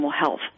health